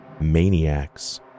maniacs